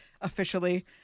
officially